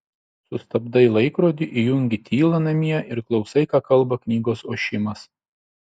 sustabdai laikrodį įjungi tylą namie ir klausai ką kalba knygos ošimas